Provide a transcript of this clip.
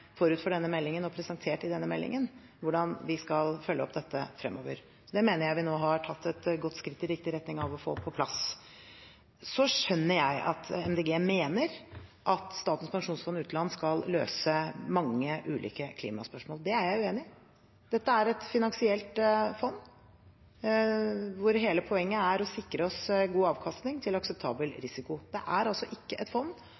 forut for denne meldingen og presentert i denne meldingen hvordan vi skal følge opp dette fremover. Det mener jeg vi nå har tatt et godt skritt i riktig retning av å få på plass. Så skjønner jeg at MDG mener at Statens pensjonsfond utland skal løse mange ulike klimaspørsmål. Det er jeg uenig i. Dette er et finansielt fond, og hele poenget med det er å sikre oss god avkastning til en akseptabel risiko. Det er altså ikke et fond